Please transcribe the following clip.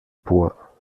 poids